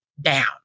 down